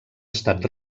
estat